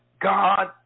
God